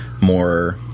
more